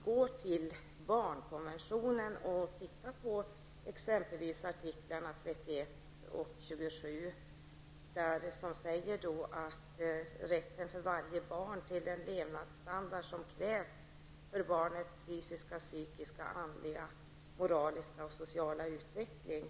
Går man till exempelvis artiklarna 31 och 27 i barnkonventionen, kan man läsa om rätten för varje barn till den levnadsstandard som krävs för barnets fysiska, psykiska, andliga, moraliska och sociala utveckling.